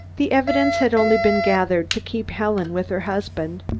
the evidence had only been gathered to keep helen with her husband.